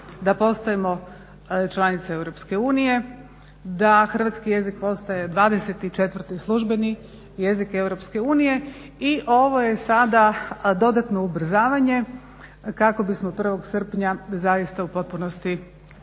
da postajemo članica EU, da hrvatski jezik postaje 24. Službeni jezik EU i ovo je sada dodatno ubrzavanje kako bismo 1.srpnja zaista u potpunosti završili